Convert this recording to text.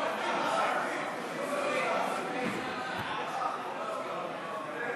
הצעת חוק לייצוג הולם של יהודים בני המגזר